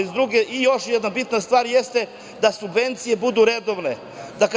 Još jedna bitna stvar jeste da subvencije budu redovne.